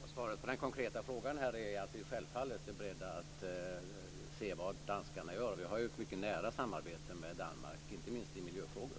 Fru talman! Svaret på den konkreta frågan här är att vi självfallet är beredda att se vad danskarna gör. Vi har ett mycket nära samarbete med Danmark, inte minst i miljöfrågor.